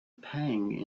pang